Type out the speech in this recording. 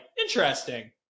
interesting